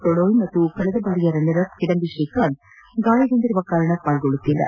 ಪ್ರಣೋಯ್ ಹಾಗೂ ಕಳೆದ ಬಾರಿಯ ರನ್ನರ್ ಅಪ್ ಕಿಡಂಬಿ ಶ್ರೀಕಾಂತ್ ಗಾಯದ ಕಾರಣ ಪಾಲ್ಗೊಳ್ಳುತ್ತಿಲ್ಲ